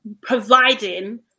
providing